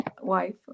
wife